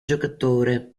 giocatore